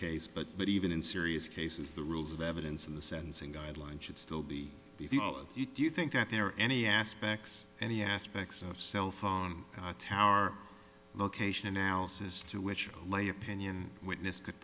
case but that even in serious cases the rules of evidence in the sentencing guidelines should still be with you do you think that there are any aspects any aspects of cellphone tower location analysis to which my opinion witness could